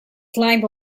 climb